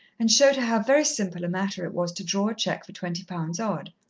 and showed her how very simple a matter it was to draw a cheque for twenty pounds odd.